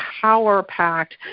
power-packed